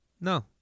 No